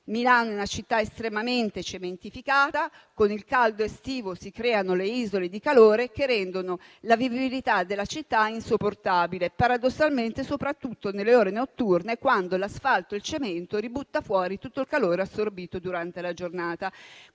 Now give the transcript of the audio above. Milano è una città estremamente cementificata e con il caldo estivo si creano le isole di calore, che ne rendono la vivibilità insopportabile, paradossalmente soprattutto nelle ore notturne, quando l'asfalto e il cemento buttano fuori tutto il calore assorbito durante la giornata.